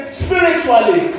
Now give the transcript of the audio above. spiritually